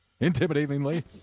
intimidatingly